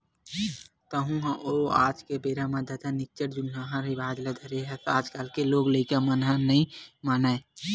तँहू ह ओ आज के बेरा म ददा निच्चट जुन्नाहा रिवाज ल धरे हस आजकल के लोग लइका मन ह नइ मानय